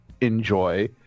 enjoy